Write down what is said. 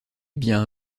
bien